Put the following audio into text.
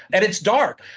and it's dark.